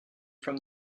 from